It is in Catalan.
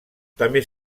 també